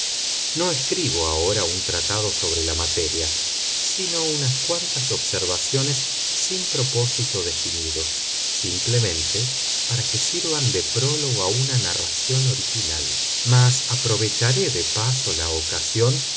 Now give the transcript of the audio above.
no escribo ahora un tratado sobre la materia sino unas cuantas observaciones sin propósito definido simplemente para que sirvan de prólogo a una narración original mas aprovecharé de paso la ocasión